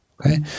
okay